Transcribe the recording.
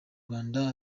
rwanda